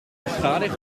beschadigd